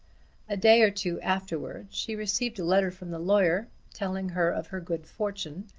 a day or two afterwards she received a letter from the lawyer, telling her of her good fortune,